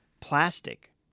plastic